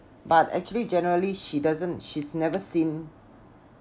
but actually generally she doesn't she's never seen